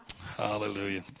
Hallelujah